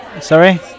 Sorry